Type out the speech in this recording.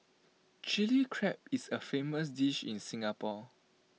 Chilli Crab is A famous dish in Singapore